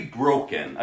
broken